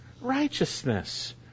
righteousness